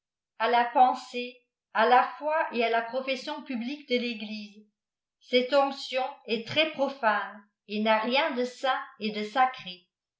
à la pensée à la foi et à la professiifln publique de rêglîse cette onction est très profane et n a rien de saint et de sacré